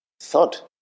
thought